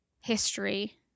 history